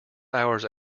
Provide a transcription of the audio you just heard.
hours